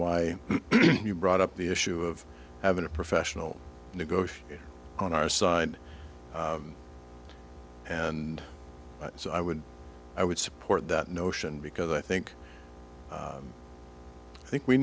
why you brought up the issue of having a professional negotiator on our side and so i would i would support that notion because i think i think we